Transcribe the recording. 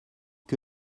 que